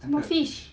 什么 fish